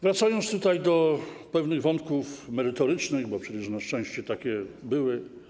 Wracam do pewnych wątków merytorycznych, bo przecież na szczęście takie były.